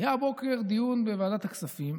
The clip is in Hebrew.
היה הבוקר דיון בוועדת הכספים.